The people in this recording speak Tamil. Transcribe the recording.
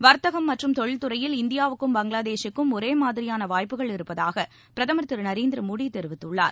வர்த்தகம் மற்றும் தொழில்துறையில் இந்தியாவுக்கும் பங்களாதேஷுக்கும் ஒரேமாதிரியானவாய்ப்புகள் பிரதமர் திருநரேந்திரமோடிதெரிவித்துள்ளார்